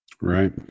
Right